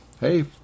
hey